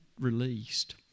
released